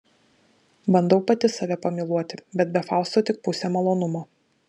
bandau pati save pamyluoti bet be fausto tik pusė malonumo